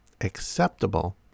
acceptable